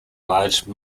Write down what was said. large